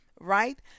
right